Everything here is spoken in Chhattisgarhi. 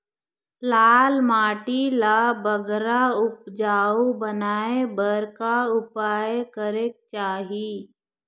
लाल माटी ला बगरा उपजाऊ बनाए बर का उपाय करेक चाही?